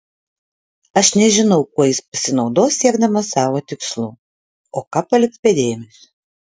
aš nežinau kuo jis pasinaudos siekdamas savo tikslų o ką paliks be dėmesio